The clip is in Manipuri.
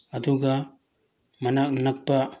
ꯑꯗꯨꯒ ꯃꯅꯥꯛ ꯅꯛꯄ